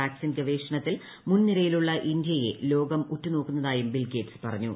vaccine ഗവേഷണത്തിൽ മുൻനിരയിലുള്ള ഇന്ത്യയെ ലോകം ഉറ്റുനോക്കുന്നതായും ബിൽ ഗേറ്റ്സ് പറഞ്ഞു